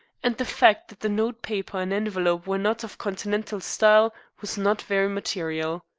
and the fact that the note paper and envelope were not of continental style was not very material.